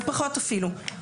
פחות אפילו.